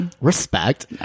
respect